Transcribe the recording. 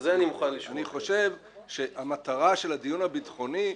אני חושב שהמטרה של הדיון הביטחוני,